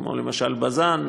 כמו בז"ן,